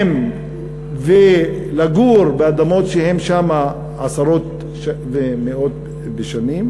לגור באדמותיהם שהם בהן עשרות ומאות שנים.